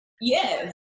Yes